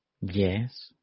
Yes